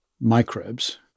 microbes